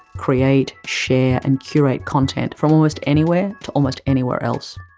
create, share and curate content, from almost anywhere to almost anywhere else.